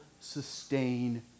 sustain